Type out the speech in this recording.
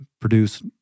produce